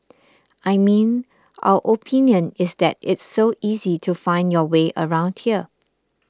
I mean our opinion is that it's so easy to find your way around here